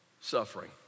suffering